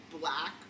black